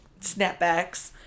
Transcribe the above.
snapbacks